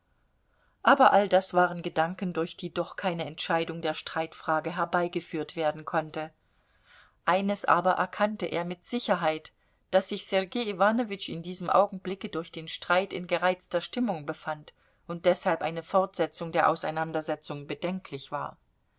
aber all das waren gedanken durch die doch keine entscheidung der streitfrage herbeigeführt werden konnte eines aber erkannte er mit sicherheit daß sich sergei iwanowitsch in diesem augenblicke durch den streit in gereizter stimmung befand und deshalb eine fortsetzung der auseinandersetzung bedenklich war